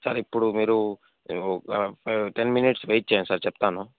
sir ఇప్పుడు మీరు ten minutes wait చేయండి సార్ చెప్తాను